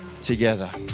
together